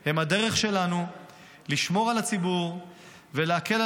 הם הדרך שלנו לשמור על הציבור ולהקל עליו